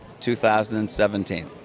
2017